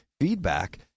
feedback